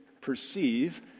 perceive